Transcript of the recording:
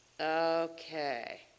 Okay